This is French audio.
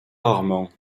rarement